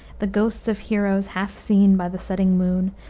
the ghosts of heroes half seen by the setting moon,